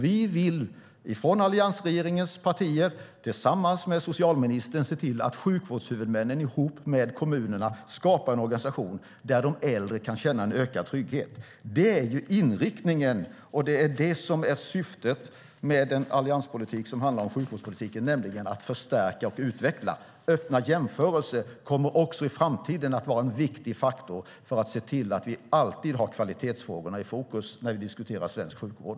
Vi från alliansregeringens partier tillsammans med socialministern vill se till att sjukvårdshuvudmännen ihop med kommunerna skapar en organisation där de äldre kan känna en ökad trygghet. Det är inriktningen, och det är det som är syftet med den allianspolitik som handlar om sjukvårdspolitiken, nämligen att förstärka och utveckla. Öppna jämförelser kommer också i framtiden att vara en viktig faktor för att vi alltid ska ha kvalitetsfrågorna i fokus när vi diskuterar svensk sjukvård.